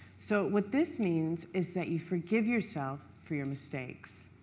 so what this means is that you forgive yourself for your mistakes.